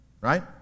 right